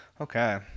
Okay